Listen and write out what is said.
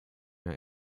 mehr